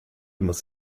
muss